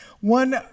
one